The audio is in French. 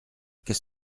qu’est